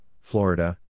Florida